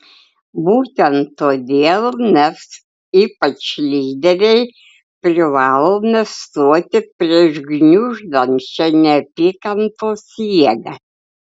būtent todėl mes ypač lyderiai privalome stoti prieš gniuždančią neapykantos jėgą